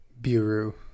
Bureau